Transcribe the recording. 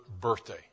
birthday